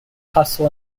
hustle